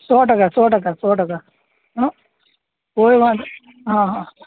સો ટકા સો ટકા સો ટકા હં કોઈ વાંધો હા હા